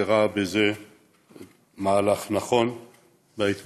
שראה בזה מהלך נכון בהתמודדות.